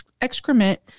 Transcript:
excrement